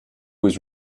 was